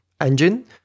engine